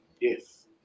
Yes